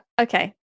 Okay